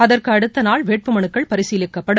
அதற்கு அடுத்த நாள் வேட்புமனுக்கள் பரிசீலிக்கப்படும்